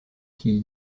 qui